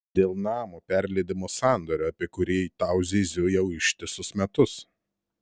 dėl namo perleidimo sandorio apie kurį tau zyziu jau ištisus metus